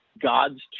God's